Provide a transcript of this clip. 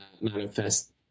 manifest